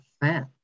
fan